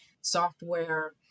software